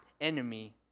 enemy